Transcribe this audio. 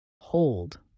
Hold